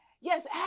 yes